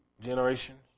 generations